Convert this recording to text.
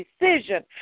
decision